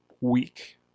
week